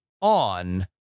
on